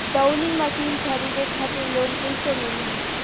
दऊनी मशीन खरीदे खातिर लोन कइसे मिली?